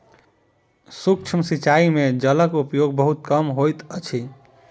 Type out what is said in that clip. सूक्ष्म सिचाई में जलक उपयोग बहुत कम होइत अछि